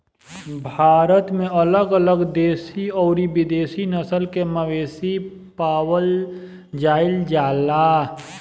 भारत में अलग अलग देशी अउरी विदेशी नस्ल के मवेशी पावल जाइल जाला